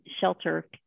shelter